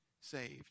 saved